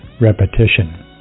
repetition